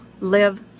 live